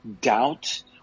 doubt